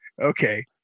Okay